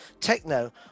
techno